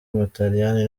w’umutaliyani